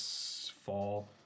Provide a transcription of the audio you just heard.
fall